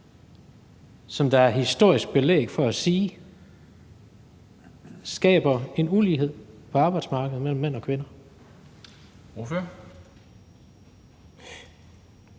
som der er historisk belæg for at sige skaber en ulighed på arbejdsmarkedet mellem mænd og kvinder.